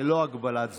ללא הגבלת זמן.